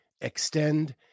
Extend